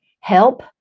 help